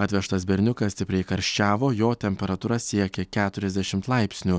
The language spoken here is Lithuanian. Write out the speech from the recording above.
atvežtas berniukas stipriai karščiavo jo temperatūra siekia keturiasdešim laipsnių